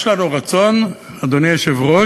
יש לנו רצון, אדוני היושב-ראש,